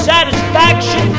Satisfaction